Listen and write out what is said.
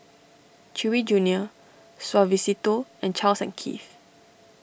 Chewy Junior Suavecito and Charles and Keith